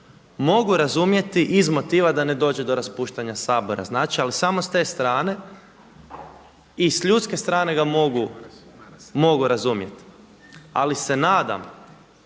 mogu razumjeti iz motiva da ne dođe do raspuštanja Sabora. Znači, ali samo s te strane i s ljudske strane ga mogu razumjeti. Ali se nadam